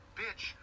bitch